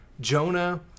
Jonah